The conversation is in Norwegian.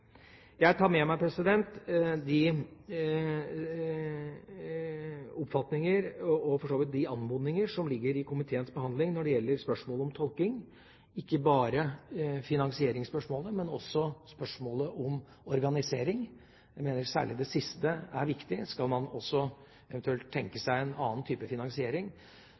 Jeg tar med meg de oppfatninger og de anmodninger som ligger i komiteens behandling når det gjelder spørsmålet om tolking, ikke bare finansieringsspørsmålet, men også spørsmålet om organisering. Jeg mener særlig det siste er viktig. Kan man eventuelt tenke seg en annen type finansiering,